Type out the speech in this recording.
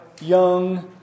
Young